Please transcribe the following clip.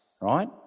right